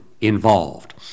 involved